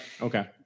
okay